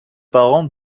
parent